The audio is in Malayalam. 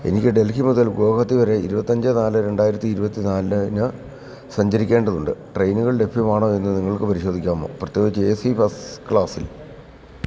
എനിക്ക് ഡൽഹി മുതൽ ഗുവാഹത്തി വരെ ഇരുപത്തിയഞ്ച് നാല് രണ്ടായിരത്തി ഇരുപത്തിനാലിന് സഞ്ചരിക്കേണ്ടതുണ്ട് ട്രെയിനുകൾ ലഭ്യമാണോയെന്ന് നിങ്ങൾക്ക് പരിശോധിക്കാമോ പ്രത്യേകിച്ച് എ സി ഫസ്റ്റ് ക്ലാസ്സിൽ